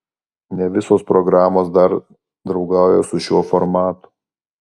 ne visos programos dar draugauja su šiuo formatu